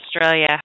Australia